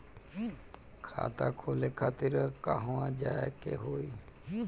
खाता खोले खातिर कहवा जाए के होइ?